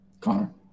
Connor